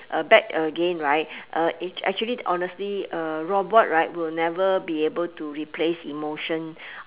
uh back again right uh act~ actually honestly a robot right will never be able to replace emotion